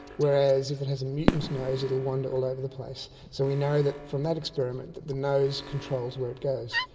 whereas if it has a mutant nose it will wander all over the place. so we know from that experiment that the nose controls where it goes,